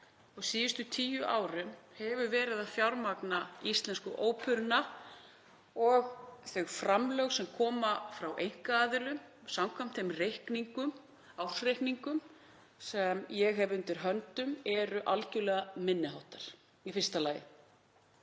síðustu tíu árum verið að fjármagna Íslensku óperuna og þau framlög sem koma frá einkaaðilum, samkvæmt þeim ársreikningum sem ég hef undir höndum, eru algerlega minni háttar. Í öðru lagi